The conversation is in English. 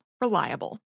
reliable